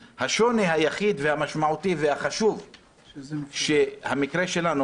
השוני היחיד והמשמעותי והחשוב במקרה שלנו